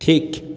ঠিক